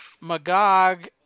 Magog